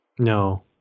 No